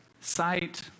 sight